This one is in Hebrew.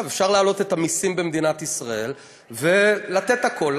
אפשר להעלות את המסים במדינת ישראל ולתת הכול,